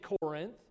Corinth